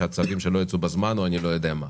על צווים שלא יצאו בזמן או אני לא יודע מה.